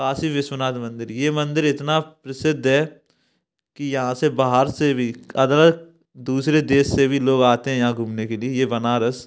काशी विश्वनाथ मंदिर ये मंदिर इतना प्रसिद्ध है कि यहाँ से बाहर से भी अगर दूसरे देश से भी लोग आते हैं यहाँ घूमने के लिए ये बनारस